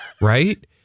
right